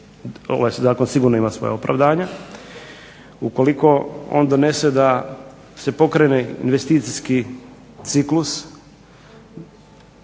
ovaj zakon sigurno imati svoja opravdanja, ukoliko on donese da se pokrene investicijski ciklus